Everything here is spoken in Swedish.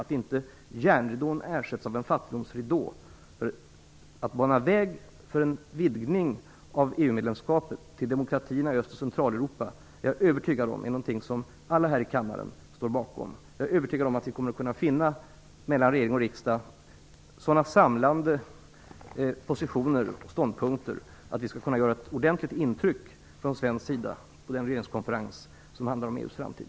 Järnridån får inte ersättas av en fattigdomsridå. Att bana väg för en vidgning av EU-medlemskapet till demokratierna i Öst och Centraleuropa är någonting som alla här i kammaren står bakom. Det är jag övertygad om. Jag är också övertygad om att vi kommer att kunna finna så samlande positioner och ståndpunkter mellan regering och riksdag att vi skall kunna göra ett ordentligt intryck från svensk sida på den regeringskonferens som handlar om EU:s framtid.